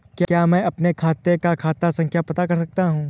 क्या मैं अपने खाते का खाता संख्या पता कर सकता हूँ?